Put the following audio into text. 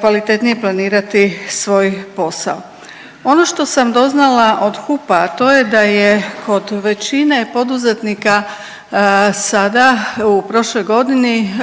kvalitetnije planirati svoj posao. Ono što sam doznala od HUP-a, a to je da je kod većine poduzetnika sada u prošloj godini